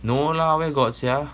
no lah where got sia